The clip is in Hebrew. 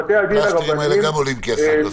הפלסטרים גם עולים כסף בסוף.